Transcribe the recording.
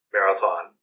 Marathon